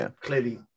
clearly